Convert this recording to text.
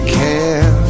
care